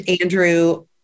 Andrew